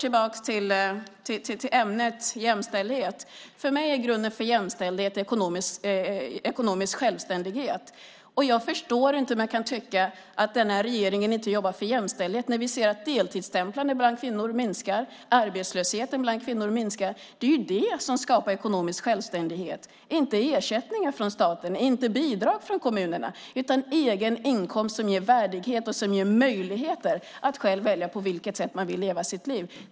Tillbaka till ämnet jämställdhet. För mig är grunden för jämställdhet ekonomisk självständighet. Jag förstår inte hur man kan tycka att den här regeringen inte jobbar för jämställdhet när vi ser att deltidsstämplande bland kvinnor minskar och att arbetslösheten bland kvinnor minskar. Det är ju detta som skapar ekonomisk självständighet - inte ersättningar från staten eller bidrag från kommunerna. Det är egen inkomst som ger värdighet och möjligheter att själv välja på vilket sätt man vill leva sitt liv.